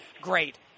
great